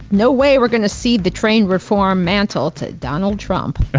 no way we're gonna cede the trade reform mantle to donald trump.